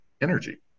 energy